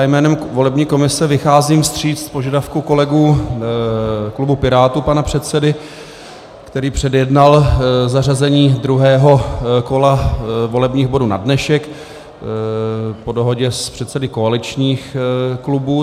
Já jménem volební komise vycházím vstříc požadavkům kolegů klubu Pirátů, pana předsedy, který předjednal zařazení druhého kola volebních bodů na dnešek, po dohodě s předsedy koaličních klubů.